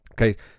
Okay